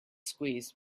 squeeze